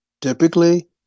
Typically